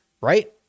right